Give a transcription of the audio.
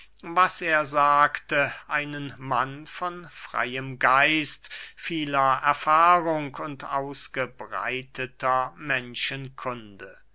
was er sagte einen mann von freyem geist vieler erfahrenheit und ausgebreiteter menschenkunde